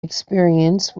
experience